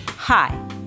Hi